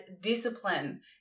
discipline